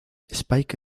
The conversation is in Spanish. spike